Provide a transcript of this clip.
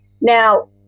Now